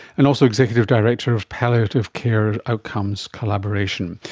and also executive director of palliative care outcomes collaboration.